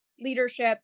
leadership